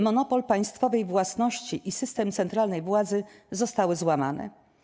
Monopol państwowej własności i system centralnej władzy zostały złamane.